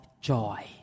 joy